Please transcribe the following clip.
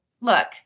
Look